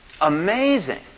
Amazing